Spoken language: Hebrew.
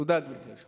תודה, גברתי.